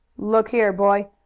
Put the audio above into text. look here, boy,